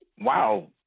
wow